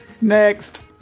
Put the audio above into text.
Next